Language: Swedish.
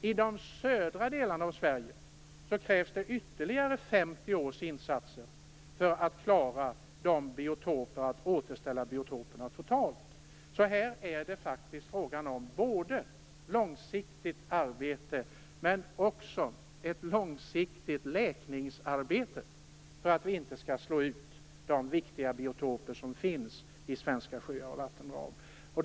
I de södra delarna av Sverige krävs det ytterligare 50 års insatser för att klara av att återställa biotoperna totalt. Det är alltså fråga om både långsiktigt arbete och ett långsiktigt läkningsarbete för att inte de viktiga biotoper som finns i svenska sjöar och vattendrag skall slås ut.